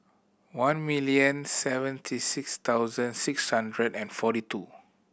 one million seventy six thousand six hundred and forty two